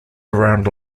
around